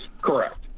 Correct